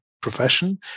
profession